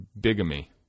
bigamy